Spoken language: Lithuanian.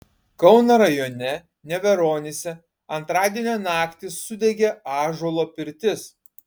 kauno rajone neveronyse antradienio naktį sudegė ąžuolo pirtis